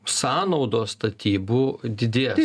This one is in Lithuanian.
sąnaudos statybų didės